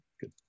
Good